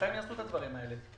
מתי הם יעשו את הדברים האלה?